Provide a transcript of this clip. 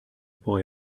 boy